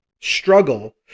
struggle